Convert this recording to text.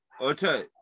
okay